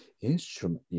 instrument